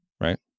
right